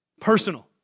Personal